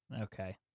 Okay